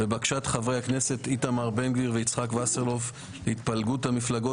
ובקשת חברי הכנסת איתמר בן גביר ויצחק וסרלאוף להתפלגות המפלגות